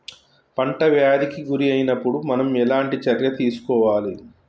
పంట వ్యాధి కి గురి అయినపుడు మనం ఎలాంటి చర్య తీసుకోవాలి?